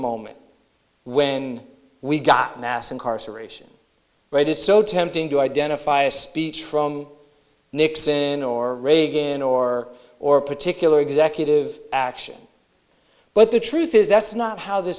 moment when we got mass incarceration rate is so tempting to identify a speech from nixon or reagan or or a particular executive action but the truth is that's not how th